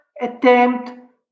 attempt